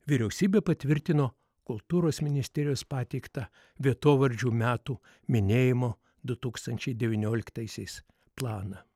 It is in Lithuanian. vyriausybė patvirtino kultūros ministerijos pateiktą vietovardžių metų minėjimo du tūkstančiai devynioliktaisiais planą